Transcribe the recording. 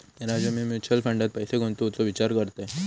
राजू, मी म्युचल फंडात पैसे गुंतवूचो विचार करतय